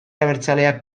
abertzaleak